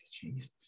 Jesus